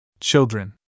Children